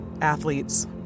athletes